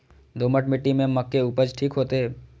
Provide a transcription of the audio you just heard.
दोमट मिट्टी में मक्के उपज ठीक होते?